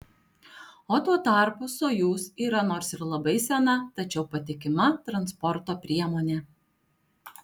o tuo tarpu sojuz yra nors ir labai sena tačiau patikima transporto priemonė